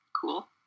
cool